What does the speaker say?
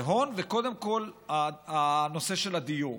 זה הון וקודם כול הנושא של הדיור.